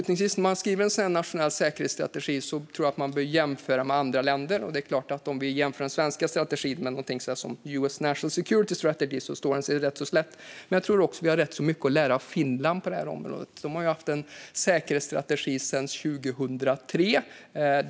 När man skriver en sådan här nationell säkerhetsstrategi tror jag att man bör jämföra med andra länder. Om vi jämför den svenska strategin med till exempel US National Security Strategy står den sig givetvis rätt så slätt. Men jag tror också att vi har rätt så mycket att lära av Finland på det här området. De har ju haft en säkerhetsstrategi sedan 2003.